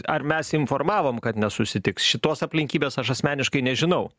ar mes informavom kad nesusitiks šitos aplinkybės aš asmeniškai nežinau